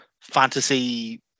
fantasy